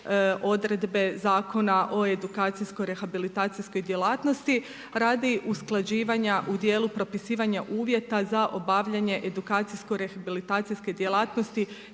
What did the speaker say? odredbe Zakona o edukacijsko rehabilitacijskoj djelatnosti radi usklađivanja u dijelu propisivanja uvjeta za obavljanje edukacijsko rehabilitacijske djelatnosti